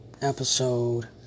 episode